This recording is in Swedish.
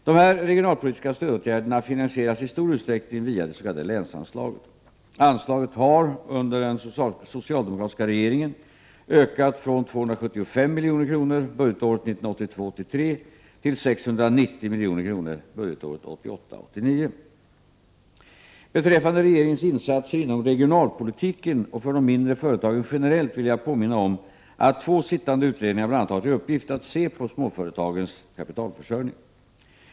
Dessa regionalpolitiska stödåtgärder finansieras i stor utsträckning via det s.k. länsanslaget. Anslaget har under den socialdemokratiska regeringen ökat från 275 milj.kr. under budgetåret 1982 89. Beträffande regeringens insatser inom regionalpolitiken och för de mindre företagen generellt vill jag påminna om att två sittande utredningar bl.a. har till uppgift att se på småföretagens kapitalförsörjning.